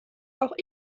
auch